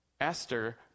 Esther